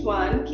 one